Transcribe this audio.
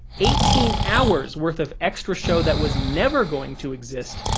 eighteen hours worth of extra show that was never going to exist,